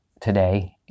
today